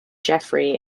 geoffrey